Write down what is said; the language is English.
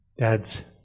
Dad's